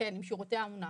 כן, עם שירותי האומנה.